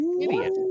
Idiot